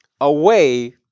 away